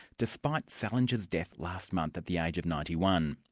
despite salinger's death last month at the age of ninety one.